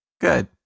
Good